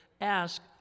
ask